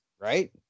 Right